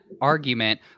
argument